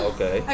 Okay